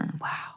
Wow